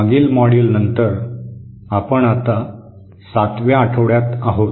मागील मॉड्यूल नंतर आपण आता सातव्या आठवड्यात आहोत